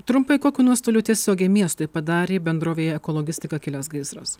trumpai kokių nuostolių tiesiogiai miestui padarė bendrovėje ekologistika kilęs gaisras